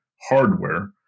hardware